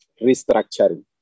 restructuring